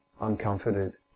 uncomforted